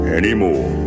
anymore